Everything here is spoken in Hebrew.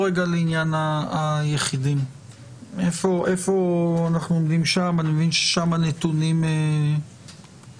אני בכוונה לא מדבר על התקופה